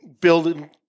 building